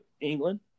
England